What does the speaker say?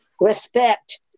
respect